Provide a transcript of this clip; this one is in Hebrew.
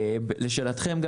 לשאלתכם,